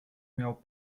miał